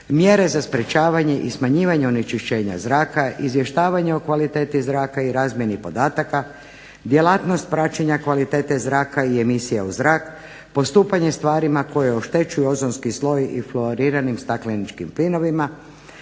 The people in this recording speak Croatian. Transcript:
mjere za sprečavanje i smanjivanje onečišćenja zraka, izvještavanje o kvaliteti zraka i razmjena podataka, djelatnost praćenja kvalitete zraka i emisija u zrak, postupanje s tvarima koje oštećuju ozonski sloj i fluoriranim stakleničkim plinovima,